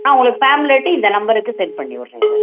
ஆ உங்களுக்கு ஃபேம்லெட்டு இந்த நம்பருக்கு செண்ட் பண்ணி விட்றேன் சார்